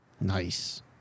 Nice